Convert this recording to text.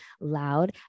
loud